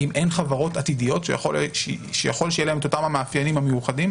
האם אין חברות עתידיות שיכול להיות שיהיו להן אותם המאפיינים המיוחדים?